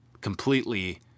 completely